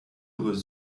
was